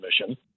mission